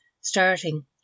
starting